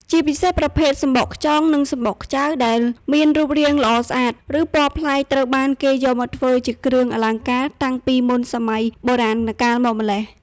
ជាពិសេសប្រភេទសំបកខ្យង និងសំបកខ្ចៅដែលមានរូបរាងល្អស្អាត ឬពណ៌ប្លែក ត្រូវបានគេយកមកធ្វើជាគ្រឿងអលង្ការតាំងពីមុនសម័យបុរាណកាលមកម្ល៉េះ។